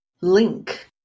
Link